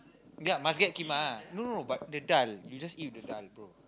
ya must keema no but the daal you just eat the daal bro